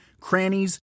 crannies